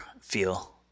feel